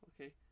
Okay